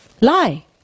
Lie